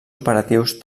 operatius